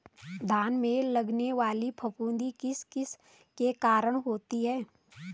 धान में लगने वाली फफूंदी किस किस के कारण होती है?